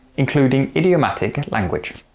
including idiomatic language.